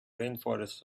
rainforests